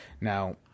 Now